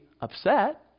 upset